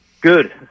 Good